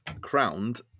crowned